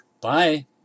Bye